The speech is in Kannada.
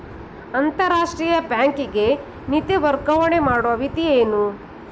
ಅಂತಾರಾಷ್ಟ್ರೀಯ ಬ್ಯಾಂಕಿಗೆ ನಿಧಿ ವರ್ಗಾವಣೆ ಮಾಡುವ ವಿಧಿ ಏನು?